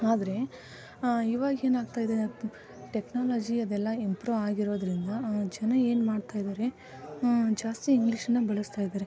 ಆದರೆ ಇವಾಗ ಏನಾಗ್ತಾ ಇದೆ ದ್ ಟೆಕ್ನಾಲಜಿ ಅದೆಲ್ಲ ಇಂಪ್ರೂ ಆಗಿರೋದರಿಂದ ಜನ ಏನು ಮಾಡ್ತಾ ಇದ್ದಾರೆ ಜಾಸ್ತಿ ಇಂಗ್ಲೀಷ್ನ ಬಳಸ್ತಾ ಇದ್ದಾರೆ